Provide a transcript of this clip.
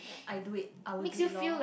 I do it I'll do it loh